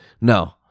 No